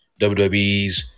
WWEs